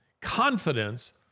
confidence